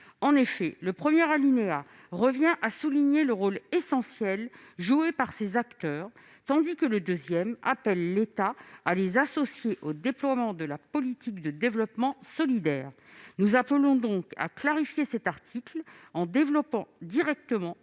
En effet, le premier alinéa revient à souligner le rôle essentiel joué par ces acteurs, tandis que le deuxième appelle l'État à les associer au déploiement de la politique de développement solidaire. Nous souhaitons donc, à des fins de clarification de cet